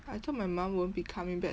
I thought my mum won't be coming back